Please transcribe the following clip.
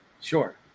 Sure